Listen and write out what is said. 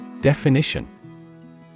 Definition